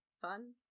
fun